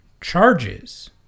charges